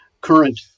current